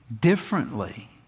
differently